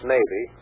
Navy